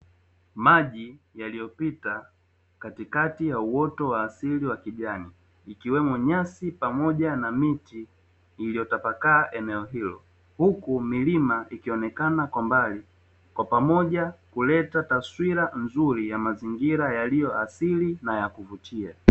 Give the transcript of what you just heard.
Maji yaliyopita katikati ya uoto wa asili wa kijani ikiwemo nyasi pamoja na miti iliyotapakaa katika eneo hilo, huku milima ikionekana mbali kwa pamoja huleta taswira nzuri ya mazingira yaliyo asilia na ya kuvutia.